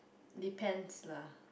depends lah